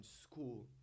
school